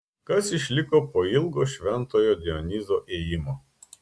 kas išliko po ilgo šventojo dionizo ėjimo